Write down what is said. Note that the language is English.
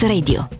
Radio